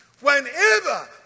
Whenever